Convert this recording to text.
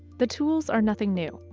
the tools are nothing new.